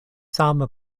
same